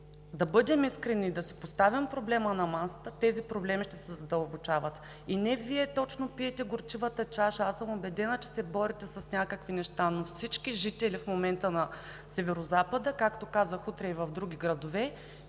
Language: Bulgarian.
да бъдем искрени и да си поставим проблема на масата. Тези проблеми ще се задълбочават. И не Вие точно пиете горчивата чаша – аз съм убедена, че се борите с някакви неща, а всички жители на Северозапада в момента, както казах, утре и в други градове,